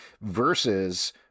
versus